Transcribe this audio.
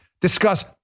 discuss